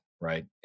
right